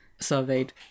surveyed